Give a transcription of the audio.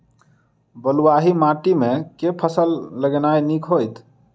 बलुआही माटि मे केँ फसल लगेनाइ नीक होइत?